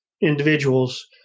individuals